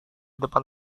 depan